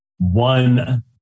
one